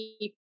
keep